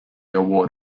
award